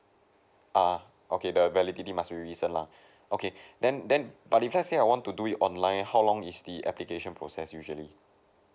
uh okay the validity must be recent lah okay then then but if let's say I want to do it online how long is the application process usually